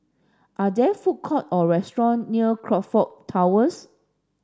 are there food court or restaurant near Crockford Towers